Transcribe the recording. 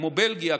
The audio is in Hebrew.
כמו בלגיה,